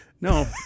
no